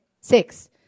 Six